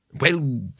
Well